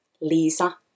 Lisa